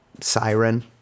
siren